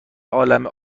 عالمه